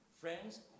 Friends